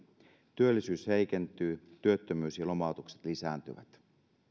työllisyys heikentyy työttömyys ja lomautukset lisääntyvät